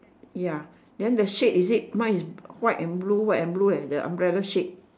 ya then the shade is it mine is white and blue white and blue the umbrella shade